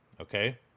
okay